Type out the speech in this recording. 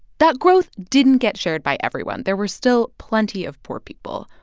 that growth didn't get shared by everyone. there were still plenty of poor people.